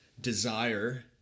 desire